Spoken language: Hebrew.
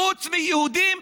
חוץ מליהודים,